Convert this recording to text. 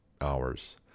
hours